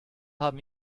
haben